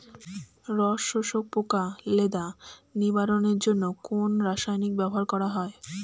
রস শোষক পোকা লেদা নিবারণের জন্য কোন রাসায়নিক ব্যবহার করা হয়?